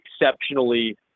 exceptionally